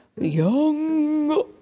Young